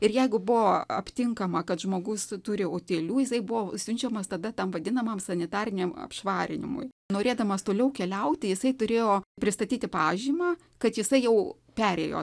ir jeigu buvo aptinkama kad žmogus turi utėlių jisai buvo siunčiamas tada tam vadinamam sanitariniam švarinimui norėdamas toliau keliauti jisai turėjo pristatyti pažymą kad jisai jau perėjo